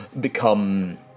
become